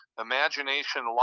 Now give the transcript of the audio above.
Imagination